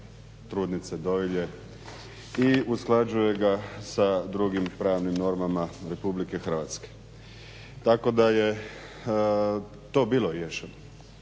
trudnice, dojilje i usklađuje ga sa drugim pravnim normama RH. Tako da je to bili riješeno.